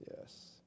Yes